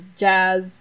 jazz